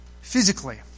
physically